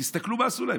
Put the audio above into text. תסתכלו מה עשו להם.